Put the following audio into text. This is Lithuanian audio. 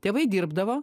tėvai dirbdavo